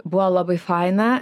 buvo labai faina